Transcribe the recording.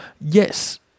yes